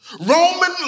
Roman